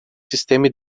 sistemi